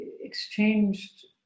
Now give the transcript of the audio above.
exchanged